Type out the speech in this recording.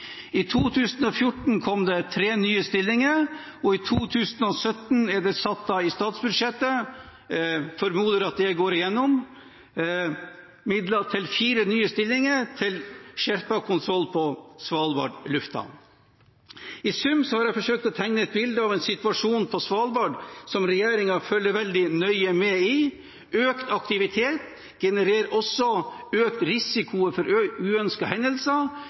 I 2014 kom det tre nye stillinger, og i 2017 er det i statsbudsjettet satt av – jeg formoder at det går igjennom – midler til fire nye stillinger til skjerpet kontroll på Svalbard lufthavn. I sum har jeg forsøkt å tegne et bilde av en situasjon på Svalbard som regjeringen følger veldig nøye. Økt aktivitet genererer også økt risiko for uønskede hendelser.